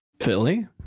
Philly